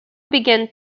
began